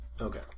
Okay